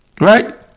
Right